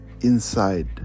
inside